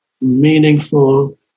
meaningful